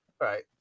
Right